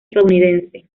estadounidense